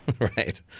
right